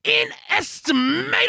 inestimable